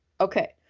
Okay